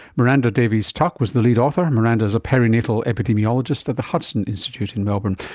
miranda davies-tuck was the lead author, and miranda is a perinatal epidemiologist at the hudson institute in melbourne.